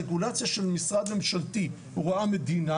רגולציה של משרד ממשלתי או רואה מדינה